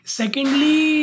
secondly